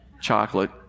chocolate